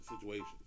situations